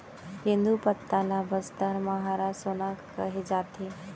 तेंदूपत्ता ल बस्तर म हरा सोना कहे जाथे